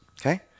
okay